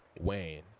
Wayne